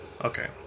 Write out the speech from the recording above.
Okay